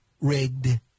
rigged